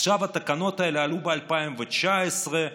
התקנות האלה הועלו ב-2019,